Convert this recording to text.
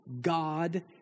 God